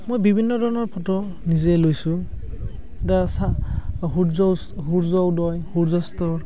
মই বিভিন্ন ধৰণৰ ফটো নিজে লৈছোঁ দা চা সূৰ্য সূৰ্য উদয় সূৰ্যাস্ত